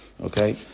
Okay